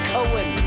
Cohen